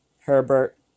Herbert